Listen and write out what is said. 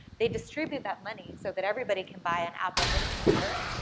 they distribute that money so that everybody can buy an apple mini computer,